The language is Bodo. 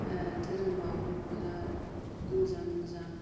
ओ धोरोमाव बिराद मोजां मोजां